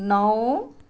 नौ